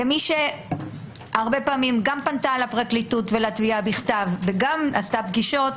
כמי שהרבה פעמים גם פנתה לפרקליטות ולתביעה בכתב וגם עשתה פגישות,